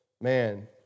man